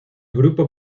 grupo